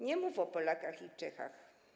Nie mów o Polakach i Czechach,